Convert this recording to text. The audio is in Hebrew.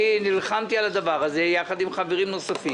אני נלחמתי על הדבר הזה יחד עם חברים נוספים.